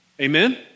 Amen